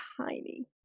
tiny